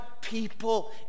people